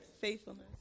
Faithfulness